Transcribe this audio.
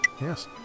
Yes